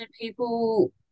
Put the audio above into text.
people